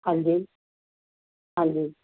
ਹਾਂਜੀ ਹਾਂਜੀ